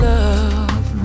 love